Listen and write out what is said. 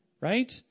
right